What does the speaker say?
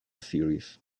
series